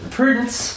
Prudence